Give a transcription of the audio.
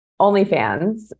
OnlyFans